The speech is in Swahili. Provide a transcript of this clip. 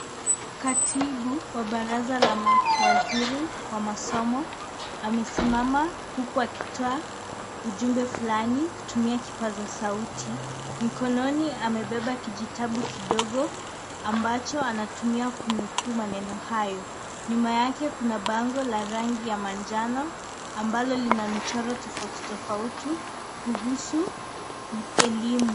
Katibu wa barasa la mawaziri wa masomo. Amesimama huku akitoa ujumbe fulani kutumia kipaza sauti. Mkononi amebeba kijitabu kidogo, ambacho anatumia kunukuu maneno hayo. Nyuma yake, kuna bango la rangi ya manjano ambalo lina michoro tofauti tofauti kuhusu elimu.